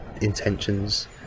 intentions